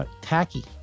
tacky